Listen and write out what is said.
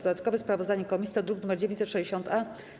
Dodatkowe sprawozdanie komisji to druk nr 960-A.